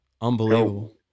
Unbelievable